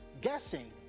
guessing